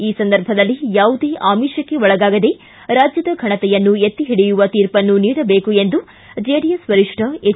ಈ ಸಂದರ್ಭದಲ್ಲಿ ಯಾವುದೇ ಅಮಿಷಕ್ಕೆ ಒಳಗಾಗದೆ ರಾಜ್ಯದ ಫನತೆಯನ್ನು ಎತ್ತಿ ಹಿಡಿಯುವ ಶೀರ್ಪನ್ನು ನೀಡಬೇಕು ಎಂದು ಜೆಡಿಎಸ್ ವರಿಷ್ಠ ಎಚ್